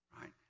right